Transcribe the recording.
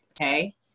okay